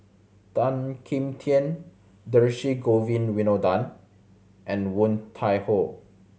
Tan Kim Tian Dhershini Govin Winodan and Woon Tai Ho